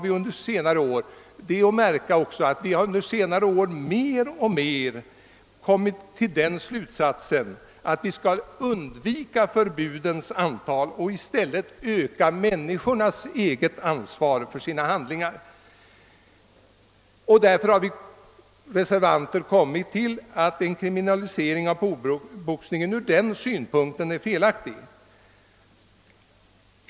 Vi har under senare år mer och mer kommit till den slutsatsen att vi bör undvika förbud och i stället öka människornas eget ansvar för sina handlingar. Därför har vi reservanter kommit fram till att en kriminalisering av proffsboxningen ur den synpunkten är felaktig.